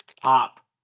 pop